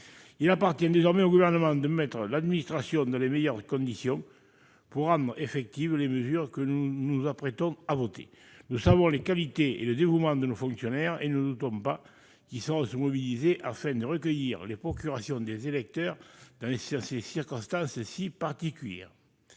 Il appartient désormais au Gouvernement de placer l'administration dans les meilleures conditions, pour rendre effectives les mesures que nous nous apprêtons à voter. Nous savons les qualités et le dévouement de nos fonctionnaires et nous ne doutons pas qu'ils sauront se mobiliser, afin de recueillir les procurations des électeurs dans ces circonstances si particulières.